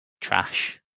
trash